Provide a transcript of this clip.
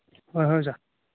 ꯍꯣꯏ ꯍꯣꯏ ꯑꯣꯖꯥ